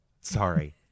sorry